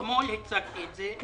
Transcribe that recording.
אתמול הצגתי את זה,